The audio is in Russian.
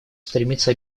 стремится